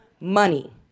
money